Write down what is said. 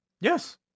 Yes